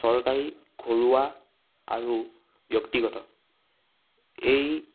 চৰকাৰী ঘৰুৱা আৰু ব্যক্তিগত এই